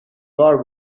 بار